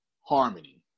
harmony